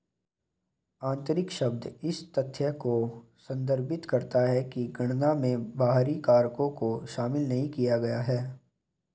आंतरिक शब्द इस तथ्य को संदर्भित करता है कि गणना में बाहरी कारकों को शामिल नहीं किया गया है